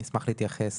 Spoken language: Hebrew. אני אשמח להתייחס.